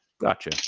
gotcha